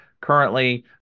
Currently